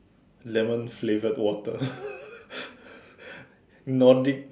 lemon flavored water Nordic